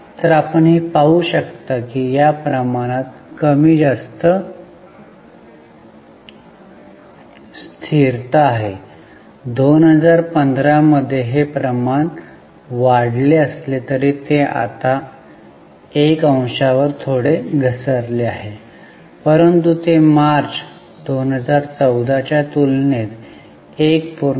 तर आपण हे पाहू शकता की या प्रमाणात कमी किंवा जास्त स्थिरता आहे 2015 मध्ये हे प्रमाण वाढले असले तरी ते आता 1 अंशावर थोडा घसरले आहे परंतु ते मार्च 14 च्या तुलनेत 1